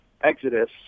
exodus